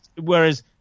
whereas